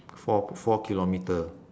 four four kilometre